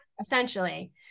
essentially